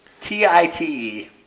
T-I-T-E